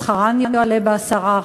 ושכרן יועלה ב-10%.